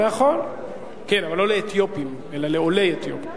נכון, אבל לא לאתיופים אלא לעולי אתיופיה.